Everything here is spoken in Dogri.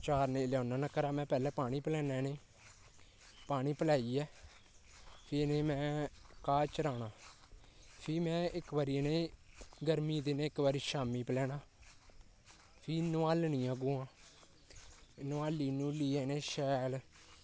चारने ई लै औना होना घरा में पैह्ले पानी पलैना होना इ'नें ई पानी पलाइयै फ्ही इ'नें ई में घाऽ चराना फ्ही में इक बारी इ'नें ई गरमियें दे दिनें इक बारी शामीं पलैना फ्ही नोआलनियां गौआं नोआली नुउलियै इ'ने ई शैल